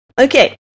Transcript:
okay